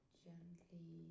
gently